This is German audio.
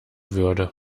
würde